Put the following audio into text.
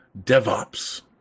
DevOps